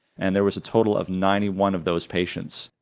and there was a total of ninety one of those patients.